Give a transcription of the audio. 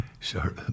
Sure